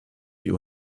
die